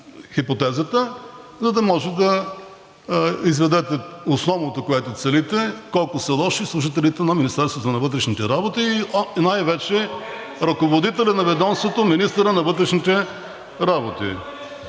хипотезата, за да може да изведете основното, което целите – колко са лоши служителите на Министерството на вътрешните работи и най-вече ръководителят на ведомството – министърът на вътрешните работи.